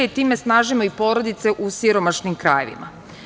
Time snažimo i porodice u siromašnim krajevima.